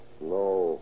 No